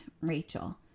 Rachel